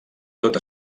tota